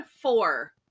four